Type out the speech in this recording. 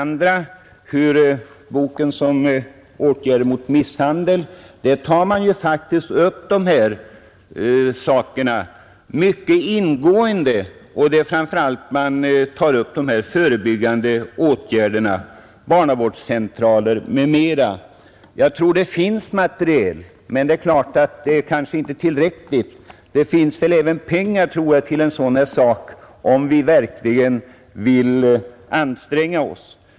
I boken Åtgärder mot misshandel av barn tar man upp dessa saker mycket ingående, framför allt de förebyggande åtgärderna, barnavårdscentraler m.m. Det finns nog mycket material, men det är kanske inte tillräckligt. Jag tror att det även skulle gå att få fram pengar till ytterligare åtgärder, om vi verkligen ville anstränga oss.